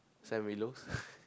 Sam-Willows